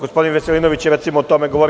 Gospodin Veselinović je recimo o tome govorio.